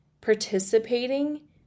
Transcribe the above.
participating